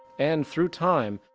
and through time,